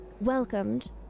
welcomed